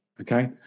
Okay